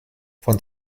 von